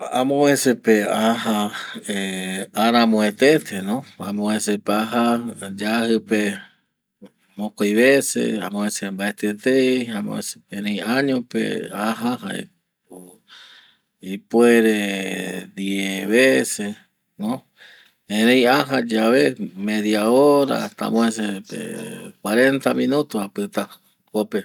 Amovese pe aja ˂hesitation˃ aramuetete amovese pe aja yaji pe mokoi vese amovese pe mbaeti etei erei año pe aja va ipuere diez veces erei aja yave media hora hasta amovese pe cuarenta minutos apita jokope.